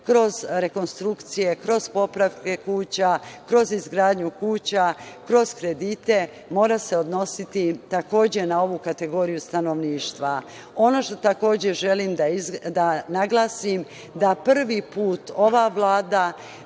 kroz rekonstrukcije, kroz popravke kuća, kroz izgradnju kuća, kroz kredite, mora se odnositi takođe na ovu kategoriju stanovništva. Ono što takođe želim da naglasim je da prvi put ova Vlada,